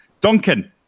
Duncan